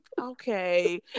okay